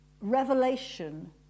revelation